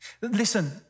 Listen